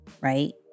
right